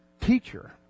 teacher